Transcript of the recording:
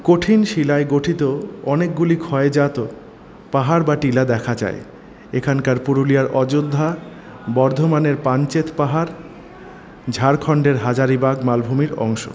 কঠিন শিলায় গঠিত অনেকগুলি ক্ষয়জাত পাহাড় বা টিলা দেখা যায় এখানকার পুরুলিয়ার অযোধ্যা বর্ধমানের পাঞ্চেত পাহাড় ঝাড়খন্ডের হাজারীবাগ মালভূমির অংশ